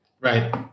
Right